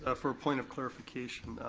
ah for a point of clarification,